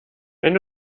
wenn